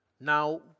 Now